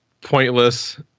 pointless